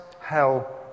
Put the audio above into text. hell